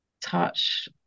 touch